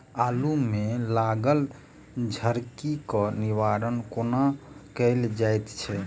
आलु मे लागल झरकी केँ निवारण कोना कैल जाय छै?